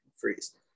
freeze